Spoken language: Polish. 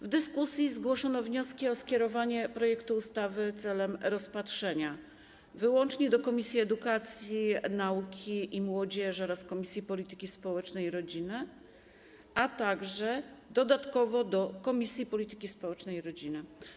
W dyskusji zgłoszono wnioski o skierowanie projektu ustawy celem rozpatrzenia wyłącznie do Komisji Edukacji, Nauki i Młodzieży oraz Komisji Polityki Społecznej i Rodziny, a także dodatkowo do Komisji Polityki Społecznej i Rodziny.